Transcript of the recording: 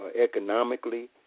economically